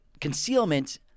concealment